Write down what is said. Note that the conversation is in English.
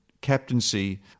captaincy